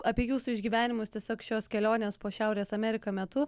apie jūsų išgyvenimus tiesiog šios kelionės po šiaurės ameriką metu